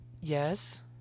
Yes